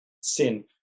sin